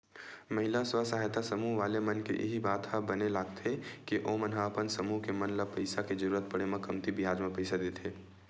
महिला स्व सहायता समूह वाले मन के इही बात ह बने लगथे के ओमन ह अपन समूह के मन ल पइसा के जरुरत पड़े म कमती बियाज म पइसा देथे